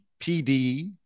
PD